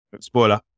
spoiler